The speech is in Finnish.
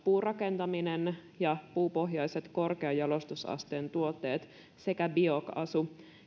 puurakentaminen ja puupohjaiset korkean jalostusasteen tuotteet sekä biokaasu